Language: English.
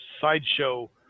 sideshow